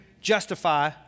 justify